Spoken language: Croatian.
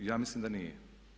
Ja mislim da nije.